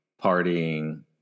partying